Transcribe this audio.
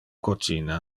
cocina